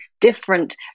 different